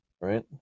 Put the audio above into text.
right